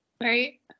Right